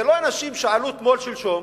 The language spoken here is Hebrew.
זה לא אנשים שעלו תמול-שלשום